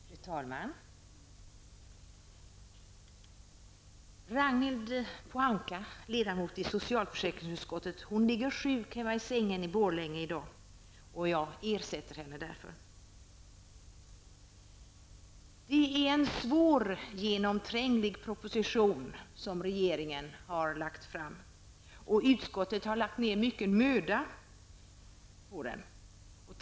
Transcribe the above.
Fru talman! Ragnhild Pohanka, ledamot i socialförsäkringsutskottet, ligger i dag sjuk hemma i sängen i Borlänge, och jag ersätter henne därför. Det är en svårgenomtränglig proposition som regeringen har lagt fram, och utskottet har lagt ned mycket möda på sin behandling av den.